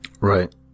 Right